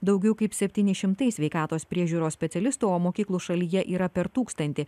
daugiau kaip septyni šimtai sveikatos priežiūros specialistų o mokyklų šalyje yra per tūkstantį